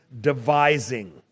devising